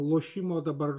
lošimo dabar